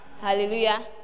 Hallelujah